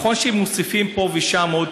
נכון שמוסיפים פה ושם עוד,